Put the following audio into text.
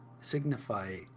signify